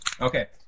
Okay